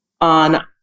on